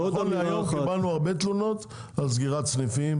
קיבלנו הרבה תלונת על סגירת סניפים